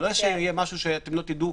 זה לא משהו שאתם לא תדעו.